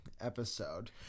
episode